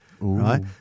Right